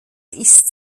ist